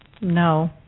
No